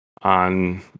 on